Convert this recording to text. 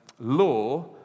law